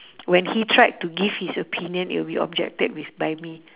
when he tried to give his opinion it'll be objected with by me